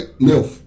milf